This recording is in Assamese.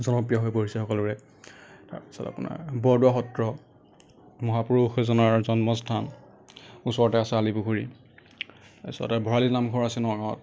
জনপ্ৰিয় হৈ পৰিছে সকলোৰে তাৰ পিছত আপোনাৰ বৰদোৱা সত্ৰ মহাপুৰুষজনাৰ জন্মস্থান ওচৰতে আছে আলিপুখুৰী তাৰ পিছতে ভৰালী নামঘৰ আছে নগাঁৱত